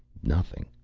nothing.